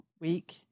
week